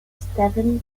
stephen